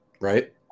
Right